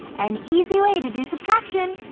an easy way to do subtraction!